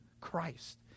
Christ